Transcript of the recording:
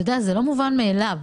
זה לא מובן מאליו.